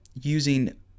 using